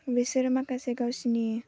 बिसोरो माखासे गावसोरनि